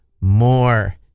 more